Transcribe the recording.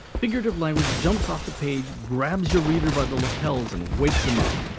figurative language jumps off the page, grabs your reader by the lapels, and wakes him up.